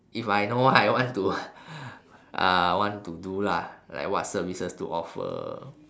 if I know what I want to uh want to do lah like what services to offer